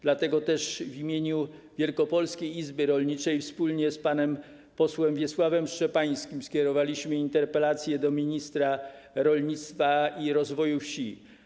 Dlatego też w imieniu Wielkopolskiej Izby Rolniczej wspólnie z panem posłem Wiesławem Szczepańskim skierowaliśmy interpelację do ministra rolnictwa i rozwoju wsi.